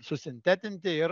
susintetinti ir